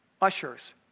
ushers